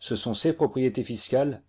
ce sont ces propriétés fiscales